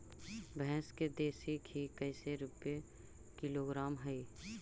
भैंस के देसी घी कैसे रूपये किलोग्राम हई?